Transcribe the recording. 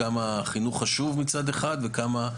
כמה חינוך חשוב מצד אחד וכמה,